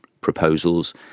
proposals